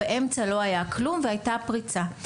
באמצע לא היה כלום והייתה פריצה.